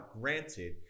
granted